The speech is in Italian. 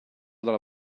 dalla